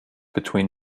between